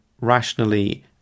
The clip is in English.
rationally